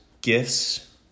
gifts